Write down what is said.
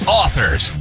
authors